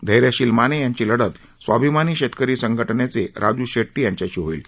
धैर्यशील माने यांची लढत स्वाभिमानी शेतकरी संघटनेचे राजू शेट्टी यांच्याशी होईल